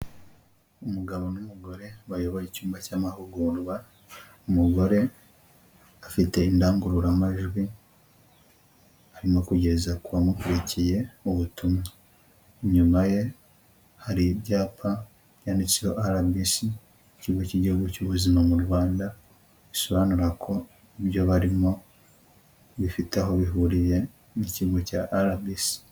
Umugabo n'umugore bayoboye icyumba cy'amahugurwa, umugore afite indangururamajwi arimo kugeza ku bamukurikiye ubutumwa. inyuma ye hari ibyapa byanditseho RBC, ikigo cy'igihugu cy'ubuzima mu Rwanda, bisobanura ko ibyo barimo bifite aho bihuriye n'ikigo cya RBC.